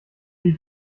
die